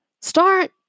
Start